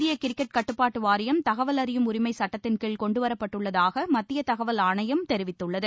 இந்திய கிரிக்கெட் கட்டுப்பாட்டு வாரியம் தகவல் அறியும் உரிஸம சட்டத்தின் கீம் கொண்டுவரப்பட்டுள்ளதாக மத்திய தகவல் ஆணையம் தெரிவித்துள்ளது